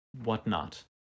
whatnot